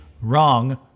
wrong